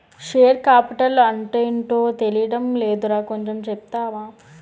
Share capital అంటేటో తెలీడం లేదురా కొంచెం చెప్తావా?